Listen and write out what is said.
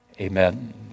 Amen